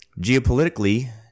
Geopolitically